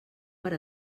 per